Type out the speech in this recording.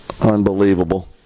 Unbelievable